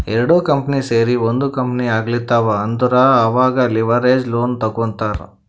ಎರಡು ಕಂಪನಿ ಸೇರಿ ಒಂದ್ ಕಂಪನಿ ಆಗ್ಲತಿವ್ ಅಂದುರ್ ಅವಾಗ್ ಲಿವರೇಜ್ ಲೋನ್ ತಗೋತ್ತಾರ್